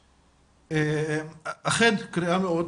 הכנסת קארין אלהרר בהתחלה היא אמרה "זלזול".